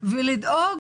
ולדאוג